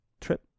trip